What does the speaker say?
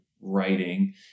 writing